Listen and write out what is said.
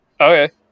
okay